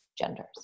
genders